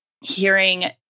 hearing